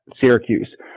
Syracuse